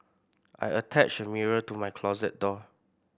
I attached a mirror to my closet door